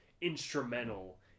instrumental